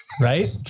Right